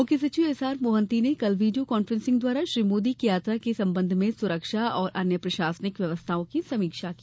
मुख्य सचिव S R Mohanty ने कल वीडियो कान्फ्रेंसिंग द्वारा श्री मोदी की यात्रा के संबंध में सुरक्षा और अन्य प्रशासनिक व्यवस्थाओं की समीक्षा की